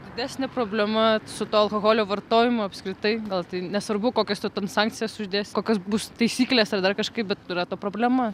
didesnė problema su alkoholio vartojimu apskritai gal tai nesvarbu kokias tu ten transakcijas uždėsi kokios bus taisyklės ar dar kažkaip bet yra ta problema